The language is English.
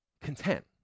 content